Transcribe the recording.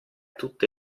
tutte